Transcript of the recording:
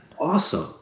Awesome